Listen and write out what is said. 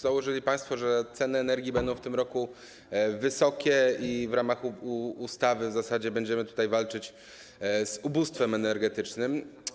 Założyli państwo, że ceny energii będą w tym roku wysokie, dlatego w ramach ustawy w zasadzie będziemy tutaj walczyć z ubóstwem energetycznym.